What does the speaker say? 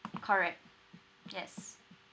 correct yes